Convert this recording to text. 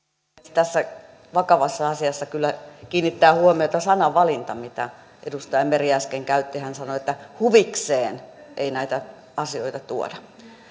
tässä vakavassa asiassa kyllä kiinnittää huomiota sananvalinta mitä edustaja meri äsken käytti hän sanoi että huvikseen ei näitä asioita tuoda